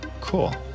Cool